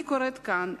אני קוראת כאן,